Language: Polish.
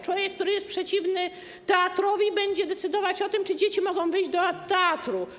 Człowiek, który jest przeciwny teatrowi, będzie decydować o tym, czy dzieci mogą wyjść do teatru.